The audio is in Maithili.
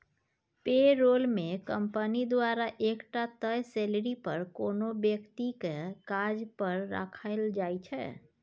पे रोल मे कंपनी द्वारा एकटा तय सेलरी पर कोनो बेकती केँ काज पर राखल जाइ छै